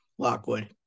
lockwood